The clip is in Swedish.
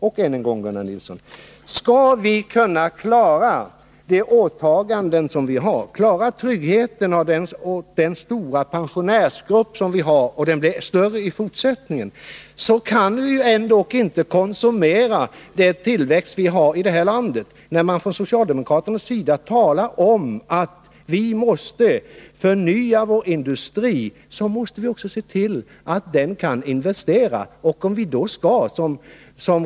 Och än en gång, Gunnar Nilsson: Skall vi kunna klara de åtaganden vi gjort och säkra tryggheten för den stora pensionärsgruppen — den blir än större i fortsättningen — kan vi inte konsumera den tillväxt vi har i det här landet. Socialdemokraterna säger att vi måste förnya vår industri, men då måste vi också se till att den kan investera.